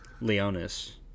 Leonis